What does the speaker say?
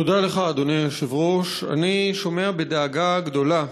תודה לך, אדוני היושב-ראש, אני שומע בדאגה גדולה